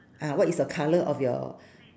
ah what is the colour of your